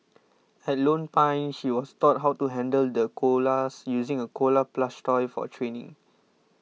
at Lone Pine she was taught how to handle the koalas using a koala plush toy for training